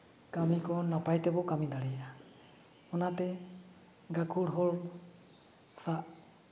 ᱠᱟᱹᱢᱤ ᱠᱚ ᱱᱟᱯᱟᱭ ᱛᱮᱵᱚᱱ ᱠᱟᱹᱢᱤ ᱫᱟᱲᱮᱭᱟᱜᱼᱟ ᱚᱱᱟᱛᱮ ᱜᱟᱹᱠᱷᱩᱲ ᱦᱚᱲ ᱥᱟᱜ